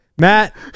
matt